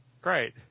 Great